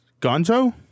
Gonzo